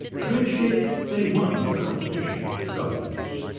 eventually they won the competition for dominance.